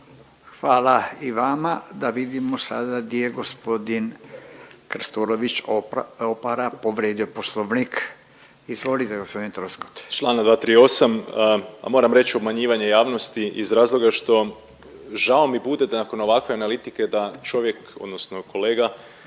Hvala i vama. Da vidimo sada di je g. Krstulović Opara povrijedio Poslovnik. Izvolite, g. Troskot.